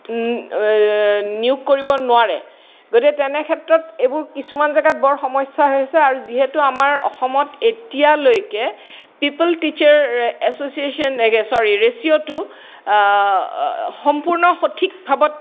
নিয়োগ কৰিব নোৱাৰে গতিকে তেনেক্ষেত্ৰত এইবোৰ কিছুমান জেগাত বৰ সমস্যা হৈছে আৰু যিহেতু আমাৰ অসমত এতিয়ালৈকে পিপল টিছাৰ এচ'চিয়েচন ছৰি ৰেচিঅ'টো সম্পূৰ্ণ সঠিকভাৱত